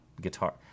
guitar